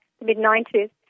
mid-90s